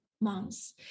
months